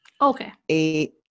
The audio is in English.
Okay